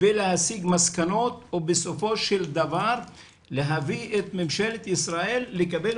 ולהסיק מסקנות או בסופו של דבר להביא את ממשלת ישראל לקבל